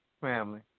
family